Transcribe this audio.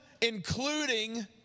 including